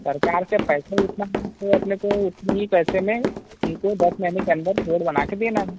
सरकार से पैसे ही उतना होना चहिए वो अपने को उतने ही पैसे में इनको दस महीने के अंदर रोड बना के देना है